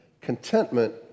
contentment